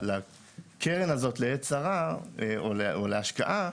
לקרן הזאת לעת צרה או להשקעה,